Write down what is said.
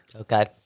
Okay